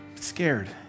scared